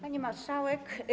Pani Marszałek!